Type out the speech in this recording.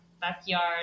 backyard